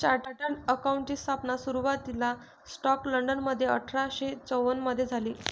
chartered अकाउंटंटची स्थापना सुरुवातीला स्कॉटलंडमध्ये अठरा शे चौवन मधे झाली